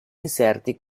inserti